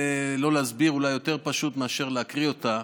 להסביר אולי יותר פשוט מאשר להקריא אותה,